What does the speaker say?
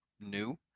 new